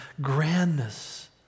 grandness